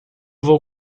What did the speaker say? vou